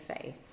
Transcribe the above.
faith